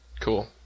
Cool